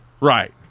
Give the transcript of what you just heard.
Right